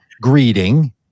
greeting